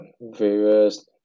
various